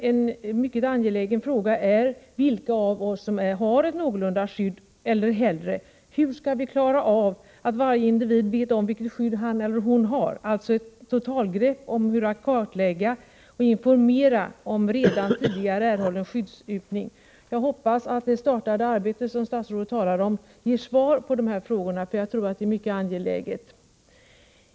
En mycket angelägen fråga i detta sammanhang är vilka av oss som har ett någorlunda gott skydd. Hur skall vi vidare kunna se till att varje individ får kunskap om vilket skydd han eller hon har? Vad som behövs är alltså ett totalgrepp för att kartlägga och informera om redan tidigare erhållen skyddsympning. Jag hoppas att det arbete som enligt vad statsrådet framhöll har startat ger svar på dessa frågor. Det är mycket angeläget.